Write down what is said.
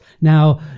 Now